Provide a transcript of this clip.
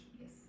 Yes